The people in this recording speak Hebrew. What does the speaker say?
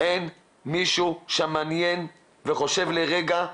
אין מישהו שמתעניין וחושב לרגע,